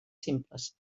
simples